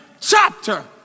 Chapter